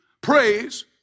praise